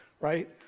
right